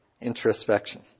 introspection